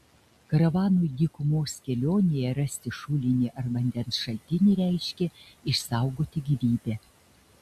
karavanui dykumos kelionėje rasti šulinį ar vandens šaltinį reiškė išsaugoti gyvybę